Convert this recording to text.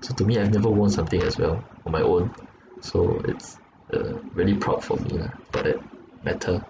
so to me I've never won something as well on my own so it's uh really proud for me lah for that matter